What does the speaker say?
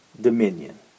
dominion